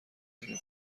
زمین